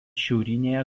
šiaurinėje